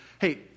Hey